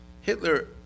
Hitler